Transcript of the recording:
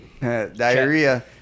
diarrhea